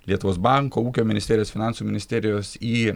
lietuvos banko ūkio ministerijos finansų ministerijos į